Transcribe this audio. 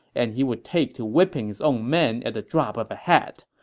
and he would take to whipping his own men at the drop of a hat.